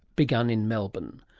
begun in melbourne.